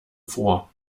vor